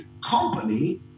company